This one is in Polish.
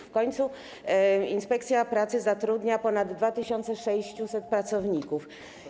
W końcu inspekcja pracy zatrudnia ponad 2600 pracowników.